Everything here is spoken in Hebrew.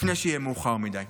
לפני שיהיה מאוחר מדי.